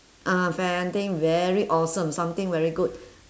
ah something very awesome something very good